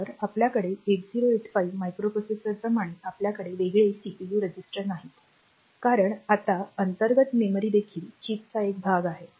तर आपल्या 8085 मायक्रोप्रोसेसरप्रमाणे आपल्याकडे वेगळे सीपीयू रजिस्टर नाहीत कारण आता अंतर्गत मेमरी देखील चिपचा एक भाग आहे